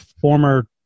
former